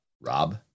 Rob